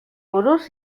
buruz